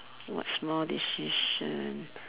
what small decision